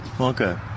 Okay